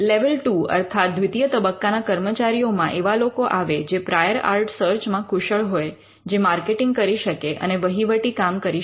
level two Level 2 અર્થાત દ્વિતીય તબક્કાના કર્મચારીઓમાં એવા લોકો આવે જે પ્રાયોર આર્ટ સર્ચ મા કુશળ હોય જે માર્કેટિંગ કરી શકે અને વહીવટી કામ કરી શકે